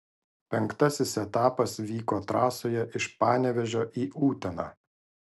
penktasis etapas vyko trasoje iš panevėžio į uteną